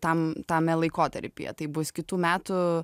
tam tame laikotarpyje tai bus kitų metų